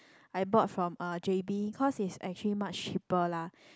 I bought from uh j_b cause it's actually much cheaper lah